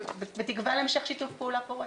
בתקווה להמשך שיתוף פעולה פורה.